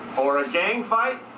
or a gang fight,